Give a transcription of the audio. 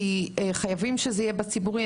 כי חייבים שזה יהיה בציבורי,